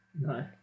No